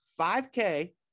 5k